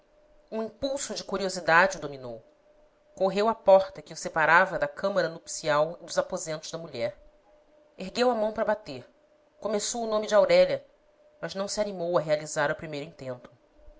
um impulso de curiosidade o dominou correu à porta que o separava da câmara nupcial e dos aposentos da mulher ergueu a mão para bater começou o nome de aurélia mas não se animou a realizar o primeiro